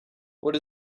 what